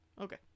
Okay